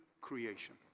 creation